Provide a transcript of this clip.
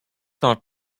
not